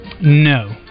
No